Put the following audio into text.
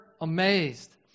amazed